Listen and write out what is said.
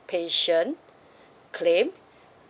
patient claim